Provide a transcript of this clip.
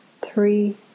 three